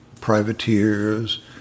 privateers